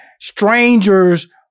strangers